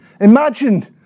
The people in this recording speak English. Imagine